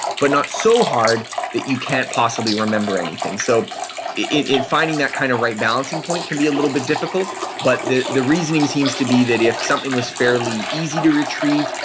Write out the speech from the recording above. but not so hard that you can't possibly remember anything. so finding that kind of right balancing point can be a little bit difficult but the the reasoning seems to be that if something was fairly easy to retrieve,